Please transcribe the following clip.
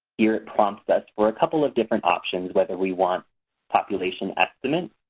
here it prompts us for a couple of different options whether we want population estimates,